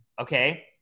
Okay